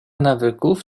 nawyków